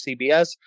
CBS